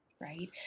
right